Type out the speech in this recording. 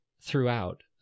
throughout